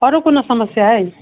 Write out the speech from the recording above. आओरो कुनू समस्या अय